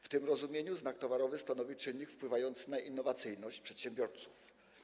W tym rozumieniu znak towarowy stanowi czynnik wpływający na innowacyjność przedsiębiorców.